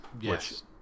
Yes